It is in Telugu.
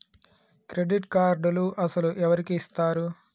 క్రెడిట్ కార్డులు అసలు ఎవరికి ఇస్తారు?